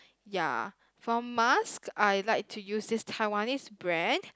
ya for mask I like to use these Taiwanese brand